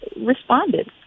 responded